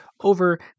over